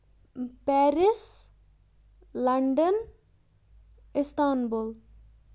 Paris London Istanbul